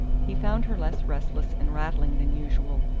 he found her less restless and rattling than usual,